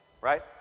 Right